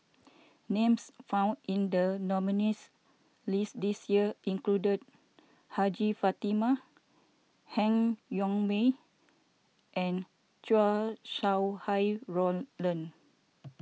names found in the nominees' list this year include Hajjah Fatimah Han Yong May and Chow Sau Hai Roland